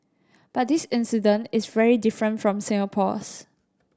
but this incident is very different from Singapore's